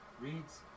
Reads